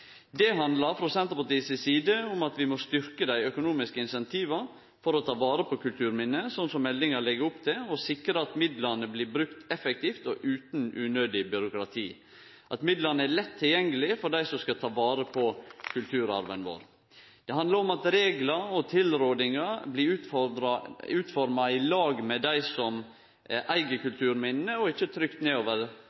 økonomiske incentiva for å ta vare på kulturminne – slik meldinga legg opp til, og sikre at midlane blir brukte effektivt og utan unødig byråkrati, og at midlane er lett tilgjengelege for dei som vil ta vare på kulturarven vår. Det handlar om at reglar og tilrådingar blir utforma i lag med dei som eig